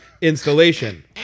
installation